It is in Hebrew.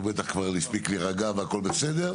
הוא בטח כבר הספיק להירגע והכול בסדר.